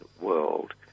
world